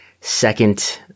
second